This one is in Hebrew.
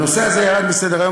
הנושא הזה ירד מסדר-היום,